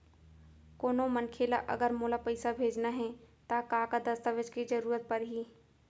कोनो मनखे ला अगर मोला पइसा भेजना हे ता का का दस्तावेज के जरूरत परही??